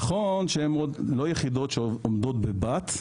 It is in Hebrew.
נכון שהן לא יחידות שעובדות בוואט,